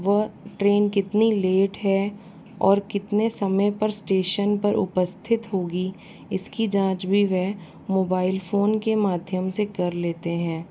वो ट्रेन कितनी लेट है और कितने समय पर स्टेशन पर उपस्थित होगी इसकी जाँच भी वह मोबाइल फोन के माध्यम से कर लेते हैं